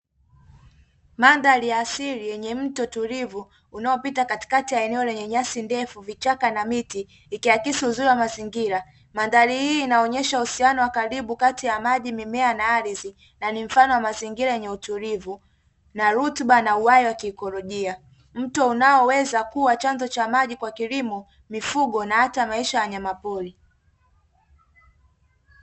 Mandhari ya asili yenye mto tulivu unaopita katikati ya eneo lenye nyasi ndefu, vichaka na miti ikiakisi uzuri wa mazingira. Mandhari hii inaonesha uhusiano wa karibu kati ya maji, mimea na ardhi na ni mfano wa mazingira yenye utulivu na rutuba na uhai wa kiekolojia. Mto unaoweza kuwa chanzo cha maji kwa kilimo, mifugo na hata maisha ya wanyampori.